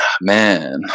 man